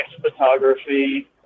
photography